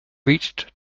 reached